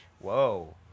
Whoa